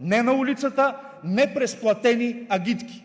не на улицата, не през платени агитки.